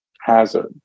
Hazard